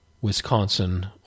Wisconsin